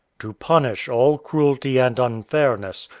to punish all cruelty and unfairness,